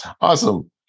awesome